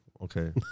okay